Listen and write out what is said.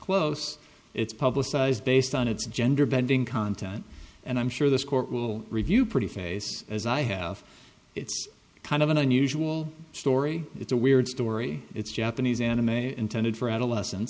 close it's publicized based on its gender bending content and i'm sure this court will review pretty face as i have it's kind of an unusual story it's a weird story it's japanese anime intended for adolescen